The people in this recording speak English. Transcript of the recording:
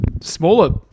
smaller